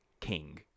king